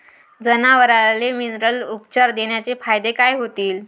जनावराले मिनरल उपचार देण्याचे फायदे काय होतीन?